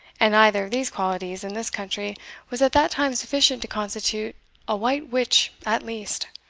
and either of these qualities in this country was at that time sufficient to constitute a white witch at least.